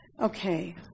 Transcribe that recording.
Okay